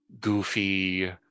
goofy